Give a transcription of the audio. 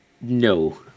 no